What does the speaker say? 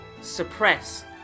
suppress